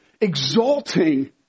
exalting